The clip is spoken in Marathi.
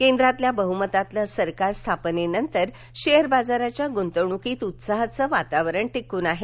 केंद्रातील बह्मतातील सरकार स्थापनेनंतर शेअर बाजाराच्या गुंतवणूकीत उत्साहाये वातावरण टिकून आहे